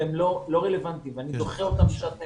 הם לא רלוונטיים ואני דוחה אותם בשאט נפש.